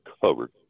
covered